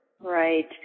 Right